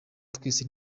twese